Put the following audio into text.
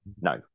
No